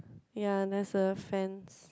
ya there's a fence